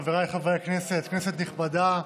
חבריי חברי הכנסת, כנסת נכבדה,